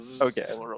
Okay